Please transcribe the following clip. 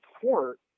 court